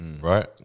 Right